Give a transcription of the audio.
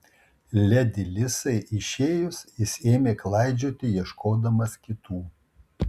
ledi lisai išėjus jis ėmė klaidžioti ieškodamas kitų